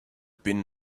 pin